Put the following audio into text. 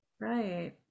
Right